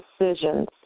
decisions